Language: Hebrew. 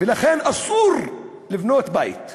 לכן אסור לבנות בית חדש.